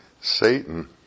Satan